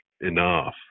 enough